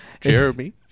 Jeremy